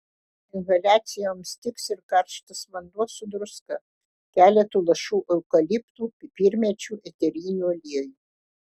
inhaliacijoms tiks ir karštas vanduo su druska keletu lašų eukaliptų pipirmėčių eterinių aliejų